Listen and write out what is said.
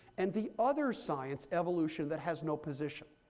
and the other science, evolution, that has no position.